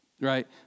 right